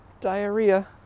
diarrhea